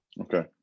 Okay